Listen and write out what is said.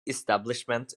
establishment